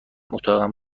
اتاقم